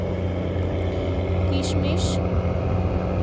কিশমিশ